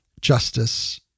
justice